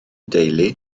deulu